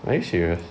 are you serious